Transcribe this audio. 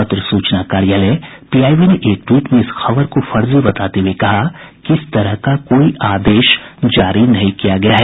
पत्र सूचना कार्यालय पीआईबी ने एक टवीट में इस खबर को फर्जी बताते हुए कहा है कि इस तरह का कोई आदेश जारी नहीं किया गया है